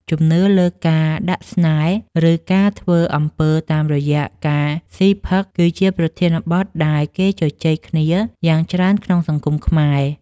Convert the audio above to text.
ជំនឿលើការដាក់ស្នេហ៍ឬការធ្វើអំពើតាមរយៈការស៊ីផឹកគឺជាប្រធានបទដែលគេជជែកគ្នាយ៉ាងច្រើនក្នុងសង្គមខ្មែរ។